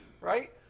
Right